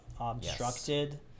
obstructed